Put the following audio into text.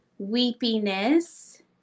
weepiness